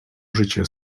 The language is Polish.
życie